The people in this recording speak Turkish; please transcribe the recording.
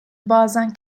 bazen